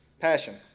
Passion